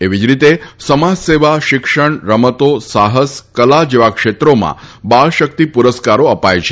એવી જ રીતે સમાજસેવા શિક્ષણ રમતો સાહસ કલા જેવા ક્ષેત્રોમાં બાળ શક્તિ પુરસ્કારો અપાય છે